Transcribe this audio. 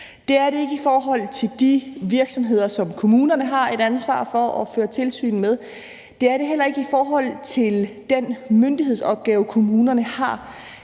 Det er det ikke i forhold til de virksomheder, som kommunerne har et ansvar for at føre tilsyn med. Det er det heller ikke i forhold til den myndighedsopgave, kommunerne har.